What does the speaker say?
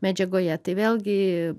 medžiagoje tai vėlgi